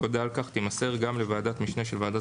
והודעה על כך תימסר גם לוועדת משנה של ועדת